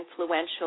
influential